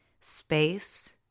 space